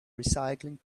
recycling